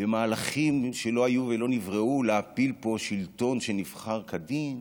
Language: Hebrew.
במהלכים שלא היו ולא נבראו להפיל פה שלטון שנבחר כדין,